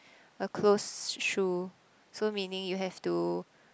a closed shoe so meaning you have to